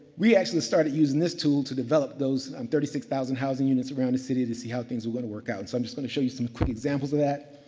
we actually started using this tool to develop those um thirty six thousand housing units around the city to see how things were going to work out. so, i'm just going to show you some quick examples of that.